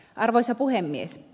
arvoisa puhemies